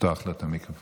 לפתוח לו את המיקרופון,